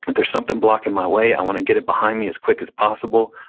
but there's something blocking my way, i wanna get it behind me as quick as possible.